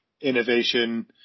innovation